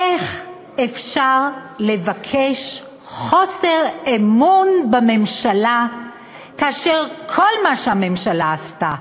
איך אפשר לבקש חוסר אמון בממשלה כאשר כל מה שהממשלה עשתה,